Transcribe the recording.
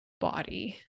body